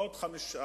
עוד 5 מיליארדים